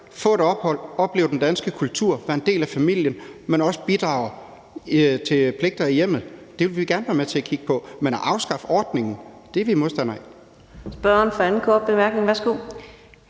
få et ophold, opleve den danske kultur og være en del af en familie, men også bidrage til pligter i hjemmet. Det vil vi gerne være med til at kigge på, men at afskaffe ordningen er vi modstandere af.